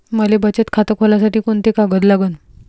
मले बचत खातं खोलासाठी कोंते कागद लागन?